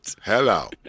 Hello